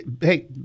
Hey